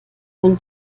von